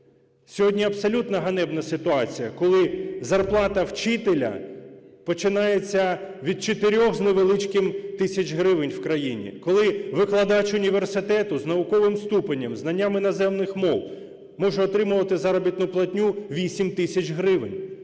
Сьогодні абсолютно ганебна ситуація, коли зарплата вчителя починається від 4 з невеличким тисяч гривень в країні, коли викладач університету з науковим ступенем, знанням іноземних мов може отримувати заробітну платню 8 тисяч гривень.